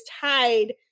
tied